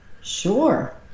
sure